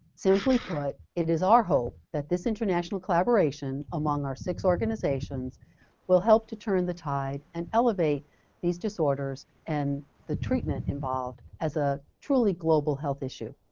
simply put, it is our hope that this international collaboration among our six organizations will help to turn the tide and elevate these disorders and the treatment involved as a truly global health issue.